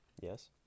Yes